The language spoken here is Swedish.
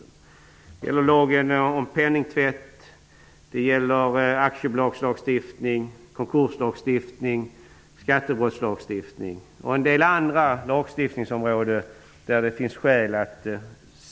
Det gäller lagen om penningtvätt, aktiebolagslagstiftningen, konkurslagstiftningen, skattebrottslagstiftningen och en del andra lagstiftningsområden.